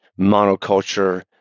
monoculture